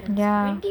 ya